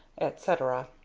etc.